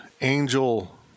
angel